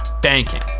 Banking